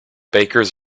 bakers